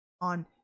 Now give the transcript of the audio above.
on